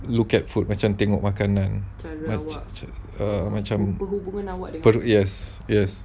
look at food macam tengok makanan yes yes